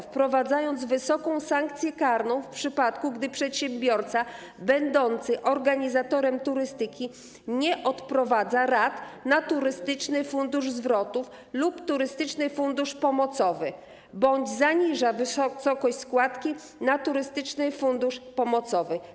Wprowadzają wysoką sankcję karną w przypadku, gdy przedsiębiorca będący organizatorem turystyki nie odprowadza rat na Turystyczny Fundusz Zwrotów lub Turystyczny Fundusz Pomocowy bądź zaniża wysokość składki na Turystyczny Fundusz Pomocowy.